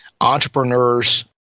entrepreneurs